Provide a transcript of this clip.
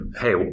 Hey